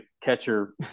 catcher